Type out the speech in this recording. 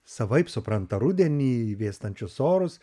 savaip supranta rudenį vėstančius orus